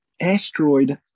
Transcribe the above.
asteroid